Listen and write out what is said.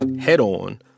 head-on